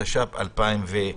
התש"ף-2020.